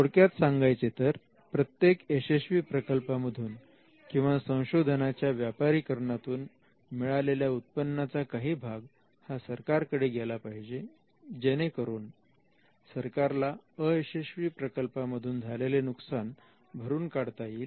थोडक्यात सांगायचे तर प्रत्येक यशस्वी प्रकल्पामधून किंवा संशोधनाच्या व्यापारीकरनातून मिळालेल्या उत्पन्नाचा काही भाग हा सरकार कडे गेला पाहिजे जेणेकरून सरकारला अयशस्वी प्रकल्पामधून झालेले नुकसान भरून काढता येईल